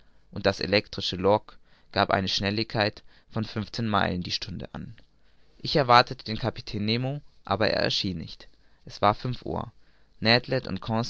und das elektrische log gab eine schnelligkeit von fünfzehn meilen die stunde an ich erwartete den kapitän nemo aber er erschien nicht es war fünf uhr